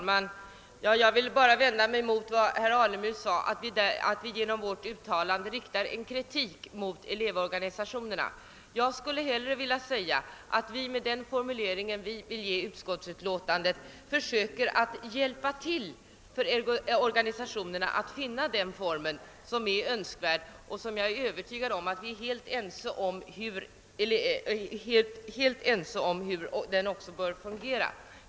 Herr talman! Låt mig vända mig mot vad herr Alemyr sade om att vi med vårt uttalande riktar kritik mot elevorganisationerna. Med den formulering som vi vill ge utskottsutlåtandet försöker vi i stället hjälpa elevorganisationerna att finna den form som är önskvärd och som jag är övertygad om att vi är helt överens om.